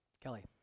Kelly